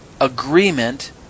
agreement